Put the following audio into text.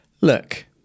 Look